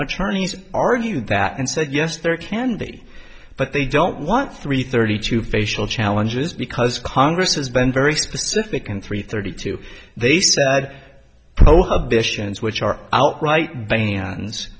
attorneys argued that and said yes there can be but they don't want three thirty two facial challenges because congress has been very specific and three thirty two they said prohibitions which are outright bans